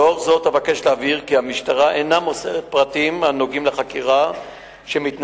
לאור זאת אבקש להבהיר כי המשטרה אינה מוסרת פרטים הנוגעים בחקירה שמתנהלת